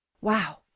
Wow